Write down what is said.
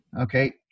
Okay